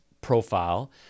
profile